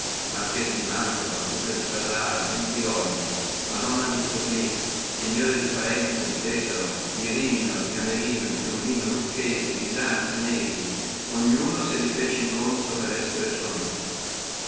marchese di mantova duca di ferrara bentivogli madonna di furlí signore di faenza di pesaro di rimino di camerino di piombino lucchesi pisani sanesi ognuno se li fece incontro per essere suo amico